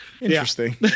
Interesting